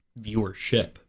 viewership